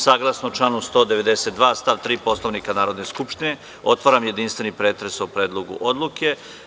Saglasno članu 192. stav 3. Poslovnika Narodne skupštine, otvaram jedinstveni pretres o Predlogu odluke.